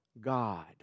God